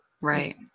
Right